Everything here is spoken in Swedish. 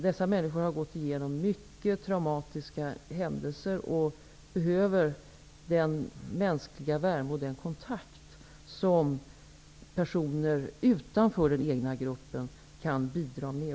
Dessa människor har gått igenom mycket traumatiska händelser och behöver den mänskliga värme och den kontakt som personer utanför den egna gruppen kan bidra med.